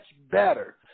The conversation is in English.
better